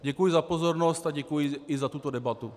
Děkuji za pozornost a děkuji i za tuto debatu.